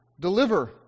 deliver